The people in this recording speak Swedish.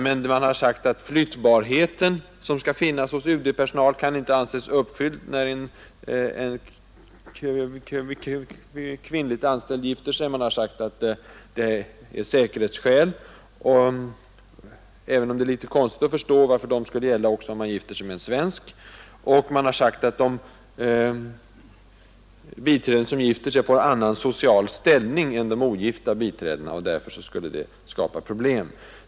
Man har sagt att kravet på flyttbarhet som ställs på UD-personal, inte kan anses vara uppfyllt när en kvinnlig anställd gifter sig. Man har anfört säkerhetsskäl. Det är visserligen litet svårt att förstå varför dessa skäl skulle gälla också om vederbörande gifter sig med en svensk. Man har vidare sagt att de biträden som gifter sig får en annan social ställning än de ogifta biträdena och att detta skulle skapa problem.